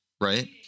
right